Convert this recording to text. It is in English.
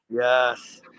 Yes